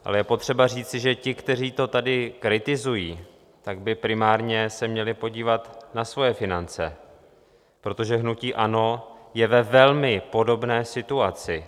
Ale je potřeba říci, že ti, kteří to tady kritizují, by se primárně měli podívat na svoje finance, protože hnutí ANO je ve velmi podobné situaci.